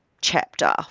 chapter